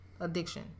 addiction